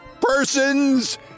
persons